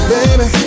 Baby